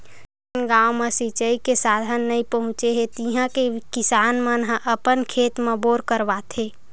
जेन गाँव म सिचई के साधन नइ पहुचे हे तिहा के किसान मन ह अपन खेत म बोर करवाथे